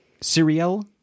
Serial